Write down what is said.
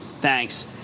Thanks